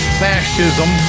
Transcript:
fascism